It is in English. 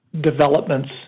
developments